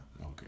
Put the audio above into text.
Okay